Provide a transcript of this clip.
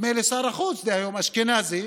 נדמה לי, שר החוץ דהיום, אשכנזי,